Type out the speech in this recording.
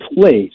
place